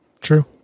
True